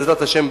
בעזרת השם,